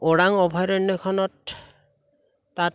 ওৰাং অভয়াৰণ্যখনত তাত